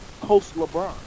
post-LeBron